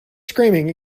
screaming